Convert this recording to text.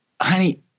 honey